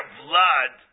blood